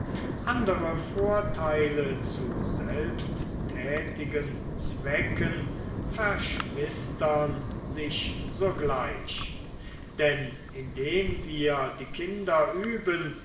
andere vorteile zu selbsttätigen zwecken verschwistern sich sogleich denn indem wir die kinder üben